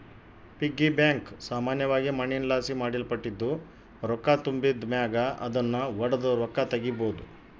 piggy bank ಸಾಮಾನ್ಯವಾಗಿ ಮಣ್ಣಿನಲಾಸಿ ಮಾಡಲ್ಪಟ್ಟಿದ್ದು, ರೊಕ್ಕ ತುಂಬಿದ್ ಮ್ಯಾಗ ಅದುನ್ನು ಒಡುದು ರೊಕ್ಕ ತಗೀಬೋದು